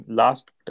last